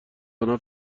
آنها